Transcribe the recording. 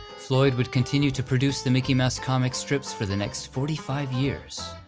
floyd would continue to produce the mickey mouse comic strips for the next forty five years.